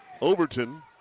Overton